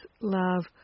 love